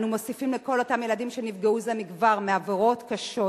אנו מוסיפים לכל אותם ילדים שנפגעו זה מכבר מעבירות קשות